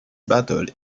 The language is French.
battle